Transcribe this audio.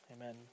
Amen